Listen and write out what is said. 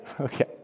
Okay